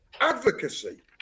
Advocacy